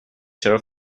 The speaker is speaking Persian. چرا